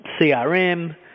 CRM